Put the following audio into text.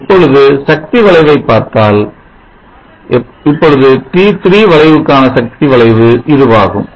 இப்பொழுது சக்தி வளைவை பார்த்தால் இப்பொழுது T3 வளைவுக்காண சக்தி வளைவு இதுவாகும்